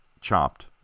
chopped